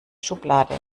schublade